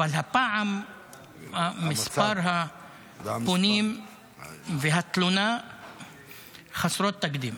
אבל הפעם מספר הפונים והתלונה חסרי תקדים.